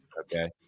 Okay